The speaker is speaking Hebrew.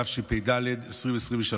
התשפ"ד 2023,